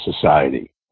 society